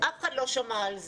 ואף אחד לא שמע על זה.